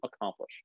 accomplish